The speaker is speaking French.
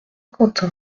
quentin